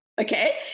Okay